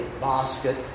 basket